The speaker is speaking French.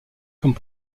comme